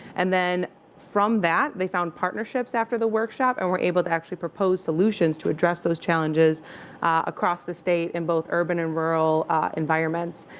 and then from that they found partnerships after the workshop and were able to actually propose solutions to address those challenges across the state in both urban and rural environments.